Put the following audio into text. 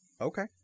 Okay